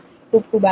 ખુબ ખુબ આભાર